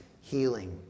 healing